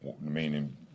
meaning